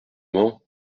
moment